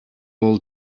all